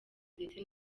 ndetse